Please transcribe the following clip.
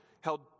held